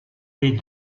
les